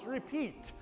Repeat